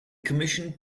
commissioned